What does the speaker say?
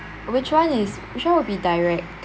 which one is which one will be direct